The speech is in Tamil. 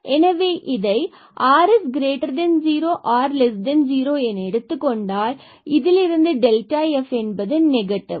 எனவே இதை r0 r0 என எடுத்துக் கொண்டால் இதிலிருந்து f என்பது நெகட்டிவ்